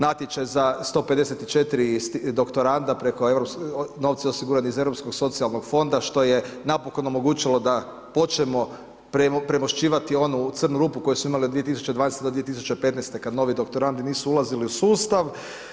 Natječaj za 154 doktoranda preko, novci osigurani iz Europskog socijalnog fonda što je napokon omogućilo da počnemo premošćivati onu crnu rupu koju smo imali od 2012. do 2015. kad novi doktorandi nisu ulazili u sustav.